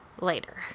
later